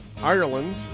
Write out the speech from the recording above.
Ireland